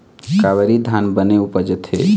कावेरी धान बने उपजथे?